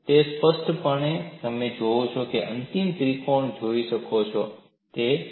એ સ્પષ્ટપણે તમે જાણો છો તમે અંતિમ ત્રિકોણ જોઈ શકો છો આ છે